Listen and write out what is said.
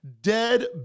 dead